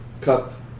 cup